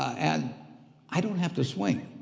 and i don't have to swing.